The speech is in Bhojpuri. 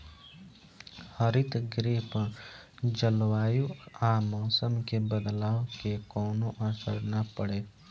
हरितगृह पर जलवायु आ मौसम के बदलाव के कवनो असर ना पड़े